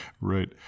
right